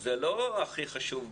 זה לא הכי חשוב בעולם.